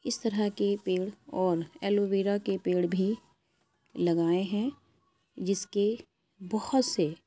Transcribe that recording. اس طرح کے پیڑ اور ایلوویرا کے پیڑ بھی لگائیں ہیں جس کے بہت سے